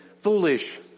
foolish